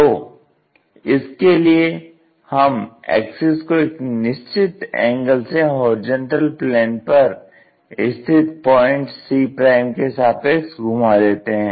तो इसके लिए हम एक्सिस को एक निश्चित एंगल से होरिजेंटल प्लेन पर स्थित प्वाइंट c के सापेक्ष घुमा देते हैं